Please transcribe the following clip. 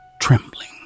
trembling